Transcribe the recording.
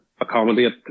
accommodate